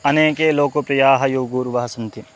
अनेके लोकप्रियाः योगगुरवः सन्ति